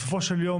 בסופו של יום,